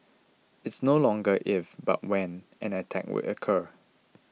it's no longer if but when an attack will occur